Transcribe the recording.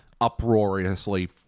Uproariously